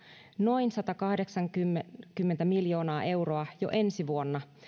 noin satakahdeksankymmentä miljoonaa euroa jo ensi vuonna